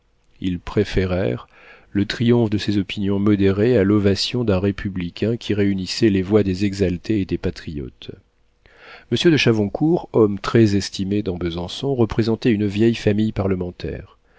ils préférèrent le triomphe de ses opinions modérées à l'ovation d'un républicain qui réunissait les voix des exaltés et des patriotes monsieur de chavoncourt homme très estimé dans besançon représentait une vieille famille parlementaire